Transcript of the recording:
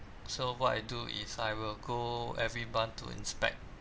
so what I do is I will go every month to inspect